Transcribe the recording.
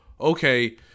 okay